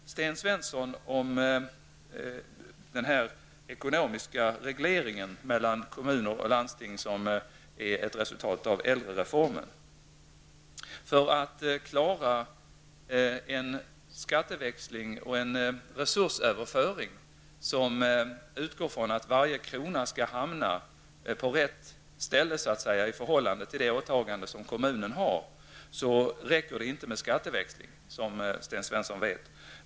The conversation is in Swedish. Sten Svensson tog upp den ekonomiska regleringen mellan kommuner och landsting som är ett resultat av äldrereformen. För att klara den behövliga resursöverföringen som utgår ifrån att varje krona skall hamna på rätt ställe i förhållande till de åtaganden kommunen har, räcker det inte med skatteväxling som Sten Svensson vet.